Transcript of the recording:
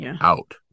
out